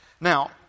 Now